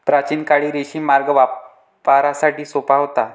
प्राचीन काळी रेशीम मार्ग व्यापारासाठी सोपा होता